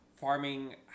farming